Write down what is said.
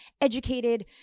educated